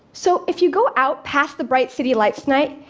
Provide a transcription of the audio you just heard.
so if you go out past the bright city lights tonight,